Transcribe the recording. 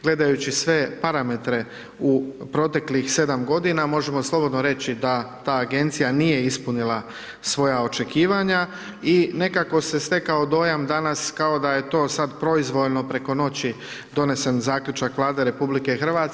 Gledajući sve parametre u proteklih 7 g. možemo slobodno reći da ta agencija nije ispunila svoja očekivanja i nekako se stekao dojam danas kao da je to sad proizvoljno preko noći donesen zaključak Vlade RH.